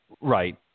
right